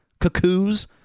Cuckoos